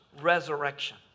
resurrection